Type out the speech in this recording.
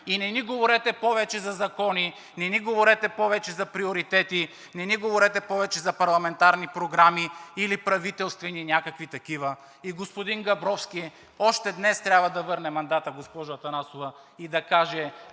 и не ни говорете повече за закони, не ни говорете повече за приоритети, не ни говорете повече за парламентарни програми или правителствени някакви такива! И господин Габровски още днес трябва да върне мандата, госпожо Атанасова, и да каже: